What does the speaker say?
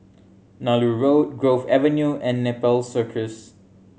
Nallur Road Grove Avenue and Nepal Circus